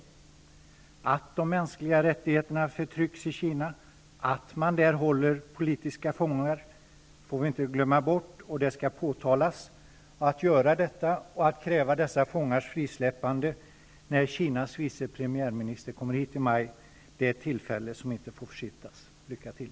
Vi får inte glömma bort att de mänskliga rättigheter förtrycks i Kina och att man där håller politiska fångar. Detta skall påtalas, samtidigt som vi skall kräva dessa fångars frisläppande när Kinas vice premiärminister kommer hit i maj. Det är ett tillfälle som inte får försittas. Lycka till!